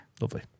Lovely